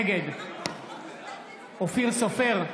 נגד אופיר סופר,